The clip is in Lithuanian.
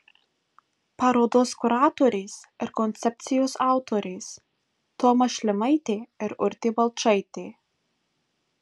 parodos kuratorės ir koncepcijos autorės toma šlimaitė ir urtė balčaitė